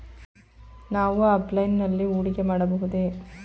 ನಾವು ಆಫ್ಲೈನ್ ನಲ್ಲಿ ಹೂಡಿಕೆ ಮಾಡಬಹುದೇ?